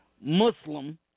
Muslim